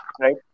right